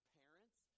parents